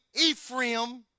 Ephraim